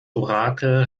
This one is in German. orakel